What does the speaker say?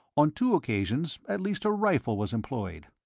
on two occasions at least a rifle was employed.